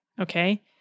okay